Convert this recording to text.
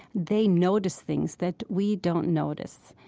they notice things that we don't notice.